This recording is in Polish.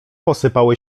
posypały